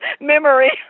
memory